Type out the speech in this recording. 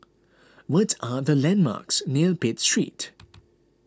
what are the landmarks near Pitt Street